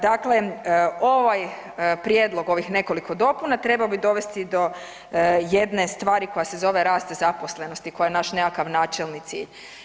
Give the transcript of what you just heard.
Dakle, ovaj prijedlog ovih nekoliko dopuna trebao bi dovesti do jedne stvari koja se zove „rast zaposlenosti“ koja je naš nekakav načelni cilj.